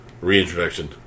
reintroduction